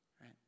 right